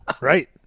Right